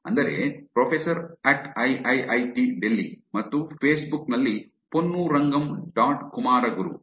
ಅಂದರೆ professor at IIIT Delhi ಮತ್ತು Facebook ನಲ್ಲಿ ಪೊನುರಂಗಮ್ ಡಾಟ್ ಕುಮಾರಗುರು ponurangam